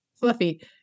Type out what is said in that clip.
fluffy